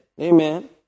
Amen